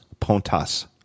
Pontas